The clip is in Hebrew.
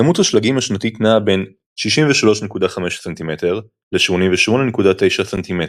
כמות השלגים השנתית נעה בין 63.5 ס"מ ל-88.9 ס"מ.